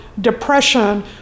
depression